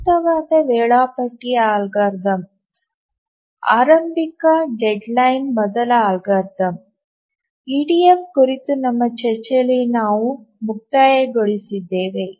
ಸೂಕ್ತವಾದ ವೇಳಾಪಟ್ಟಿ ಅಲ್ಗಾರಿ ದಮ್ನ ಆರಂಭಿಕ ಡೆಡ್ಲೈನ್ ಮೊದಲ ಅಲ್ಗಾರಿದಮ್ ಇಡಿಎಫ್ ಕುರಿತು ನಮ್ಮ ಚರ್ಚೆಯನ್ನು ನಾವು ಮುಕ್ತಾಯಗೊಳಿಸಿದ್ದೇವೆ